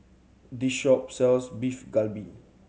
this shop sells Beef Galbi